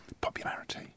Popularity